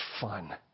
fun